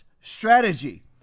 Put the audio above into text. strategy